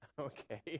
Okay